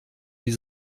die